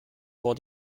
vor